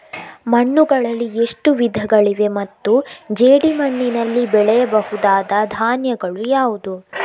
ಮಣ್ಣುಗಳಲ್ಲಿ ಎಷ್ಟು ವಿಧಗಳಿವೆ ಮತ್ತು ಜೇಡಿಮಣ್ಣಿನಲ್ಲಿ ಬೆಳೆಯಬಹುದಾದ ಧಾನ್ಯಗಳು ಯಾವುದು?